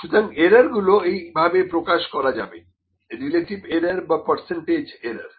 সুতরাং এরারগুলো এই ভাবে প্রকাশ করা যাবে রিলেটিভ এরার বা পার্সেন্টেজ এরার